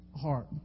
heart